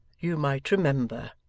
you might remember.